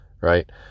right